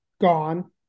gone